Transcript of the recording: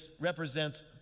represents